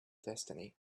destiny